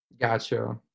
Gotcha